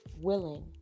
willing